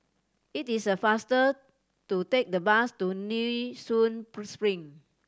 it is faster to take the bus to Nee Soon Spring